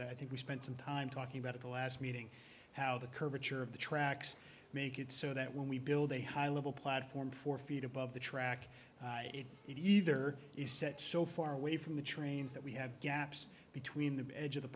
that i think we spent some time talking about at the last meeting how the curvature of the tracks make it so that when we build a high level platform four feet above the track it either is set so far away from the trains that we have gaps between the edge of the